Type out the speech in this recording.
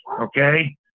okay